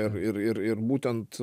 ir ir ir ir būtent